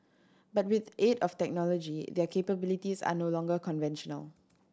but with aid of technology their capabilities are no longer conventional